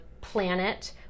planet